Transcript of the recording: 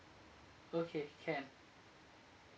okay can